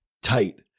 Tight